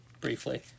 briefly